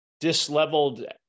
disleveled